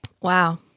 Wow